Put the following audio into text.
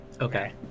Okay